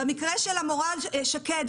במקרה של המורה שקד,